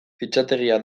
fitxategia